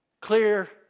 clear